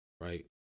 right